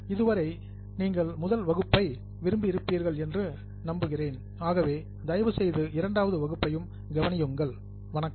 எனவே இந்த முதல் வகுப்பை நீங்கள் விரும்பியிருப்பீர்கள் என்று நம்புகிறேன் ஆகவே தயவு செய்து இரண்டாவது வகுப்பையும் கவனியுங்கள் வணக்கம்